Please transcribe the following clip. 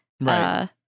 Right